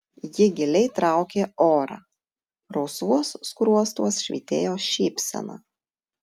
ji giliai traukė orą rausvuos skruostuos švytėjo šypsena